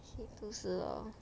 是不是 lor